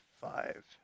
five